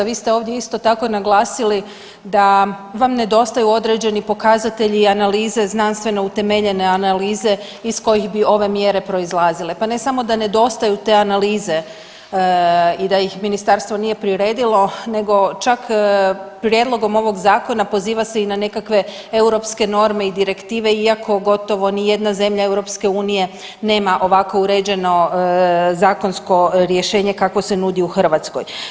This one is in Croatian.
Vi ste ovdje isto tako naglasili da vam nedostaju određeni pokazatelji, analize, znanstveno utemeljene analize iz kojih bi ove mjere proizlazile, pa ne samo da nedostaju te analize i da ih ministarstvo nije priredilo nego čak prijedlogom ovog zakona poziva se i na nekakve europske norme i direktive iako gotovo nijedna zemlja EU nema ovako uređeno zakonsko rješenje kakvo se nudi u Hrvatskoj.